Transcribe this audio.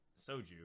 soju